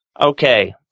Okay